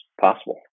possible